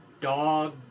dog